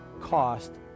cost